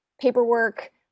paperwork